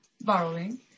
borrowing